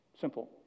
Simple